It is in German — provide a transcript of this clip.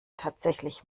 tatsächlich